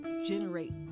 Generate